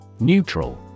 Neutral